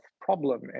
problem